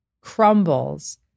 crumbles